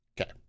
Okay